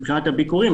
מבחינת הביקורים,